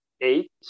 eight